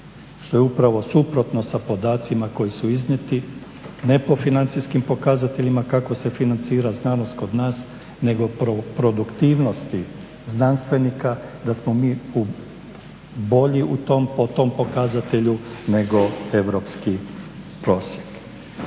Što je upravo suprotno sa podacima koji su iznijeti ne po financijskim pokazateljima kako se financira znanost kod nas nego produktivnosti znanstvenika da smo mi bolji po tom pokazatelju nego europski prosjek.